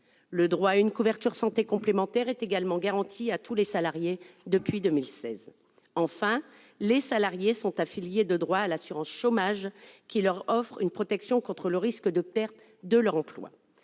Le droit à une couverture santé complémentaire est également garanti à tous les salariés depuis 2016. Enfin, les salariés sont affiliés de droit à l'assurance chômage, qui leur offre une protection contre le risque de perte de leur emploi.